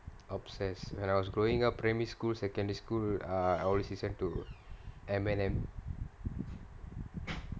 obsessed when I was growing up primary school secondary school uh I was in secondary two eminem